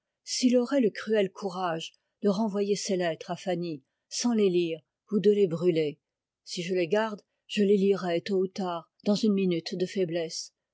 s'il aurait le cruel courage de renvoyer ces lettres à fanny sans les lire ou de les brûler si je les garde je les lirai tôt ou tard dans une minute de faiblesse